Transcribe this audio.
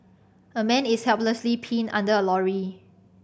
a man is helplessly pinned under a lorry